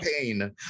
pain